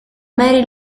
mary